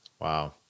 Wow